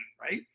right